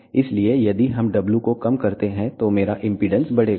इसलिए यदि हम w को कम करते हैं तो मेरा इम्पीडेन्स बढ़ेगा